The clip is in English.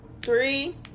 three